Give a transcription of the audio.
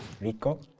Rico